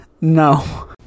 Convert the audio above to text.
no